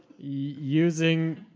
using